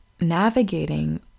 navigating